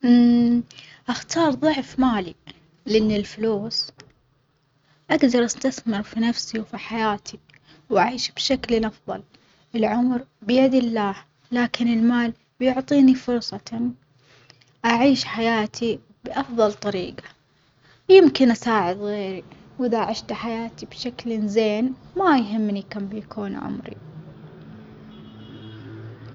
أختار ظعف مالي، لأن الفلوس أجدر أستثمر في نفسي وفي حياتي وأعيش بشكل أفظل، العمر بيد الله لكن المال بيعطيني فرصة أعيش حياتي بأفظل طريجة، يمكن أساعد غيري وإذا عشت حياتي بشكل زين، ما بيهمني كم بيكون عمري.